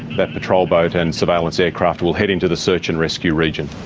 that patrol boat and surveillance aircraft will head into the search and rescue region.